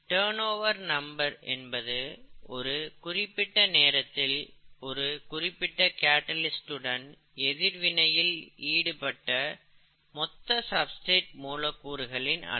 turn over number என்பது ஒரு குறிப்பிட்ட நேரத்தில் ஒரு குறிப்பிட்ட கேட்டலிஸ்ட்டுடன் எதிர்வினையில் ஈடுபட்ட மொத்த சப்ஸ்டிரேட் மூலக்கூறுகளின் அளவு